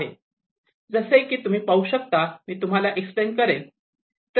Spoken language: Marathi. जसे की तुम्ही पाहू शकता मी तुम्हाला एक्सप्लेन करेन